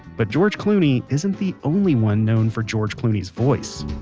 but george clooney, isn't the only one known for george clooney's voice